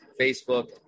Facebook